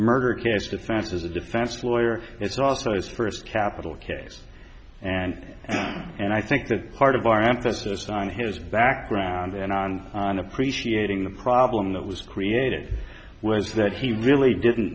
murder case defense as a defense lawyer it's also his first capital case and and i think that part of our emphasis on his background and on on appreciating the problem that was created was that he really didn't